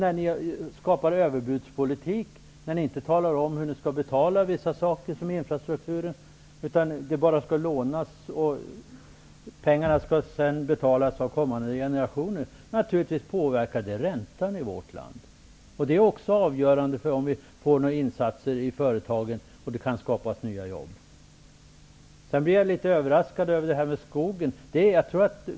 Vidare skapar ni överbudspolitik när ni inte talar om hur ni skall betala sådant som infrastruktur -- pengarna skall bara lånas och betalas tillbaka av kommande generationer. Det påverkar naturligtvis räntan i vårt land. Det är också avgörande för om det kommer att göras några insatser i företagen och kan skapas nya jobb. Jag blir litet överraskad över det Georg Andersson säger om skogen.